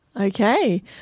Okay